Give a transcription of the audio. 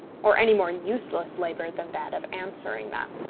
or any more useless labour than that of answering them.